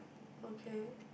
okay